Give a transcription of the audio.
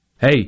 Hey